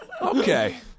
Okay